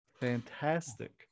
Fantastic